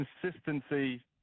consistency